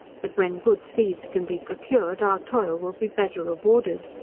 that when good seeds can be procured, our toil will be better rewarded.